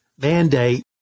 mandate